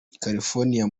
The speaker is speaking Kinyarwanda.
california